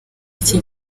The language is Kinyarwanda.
iki